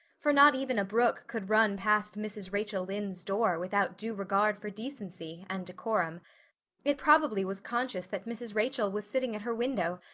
for not even a brook could run past mrs. rachel lynde's door without due regard for decency and decorum it probably was conscious that mrs. rachel was sitting at her window,